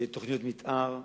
תוכניות מיתאר,